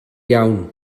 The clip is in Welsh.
iawn